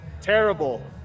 terrible